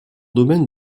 domaine